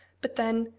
but then,